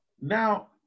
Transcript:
Now